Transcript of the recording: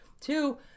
Two